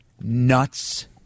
nuts